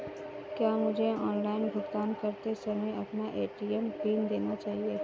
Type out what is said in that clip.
क्या मुझे ऑनलाइन भुगतान करते समय अपना ए.टी.एम पिन देना चाहिए?